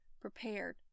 prepared